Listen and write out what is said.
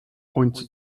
points